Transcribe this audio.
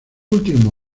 último